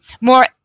more